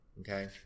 okay